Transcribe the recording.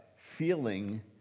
feeling